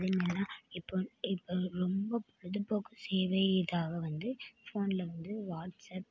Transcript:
அதேமாரி தான் இப்போ இப்போ ரொம்ப பொழுதுபோக்கு சேவை இதாக வந்து ஃபோனில் வந்து வாட்ஸ்அப்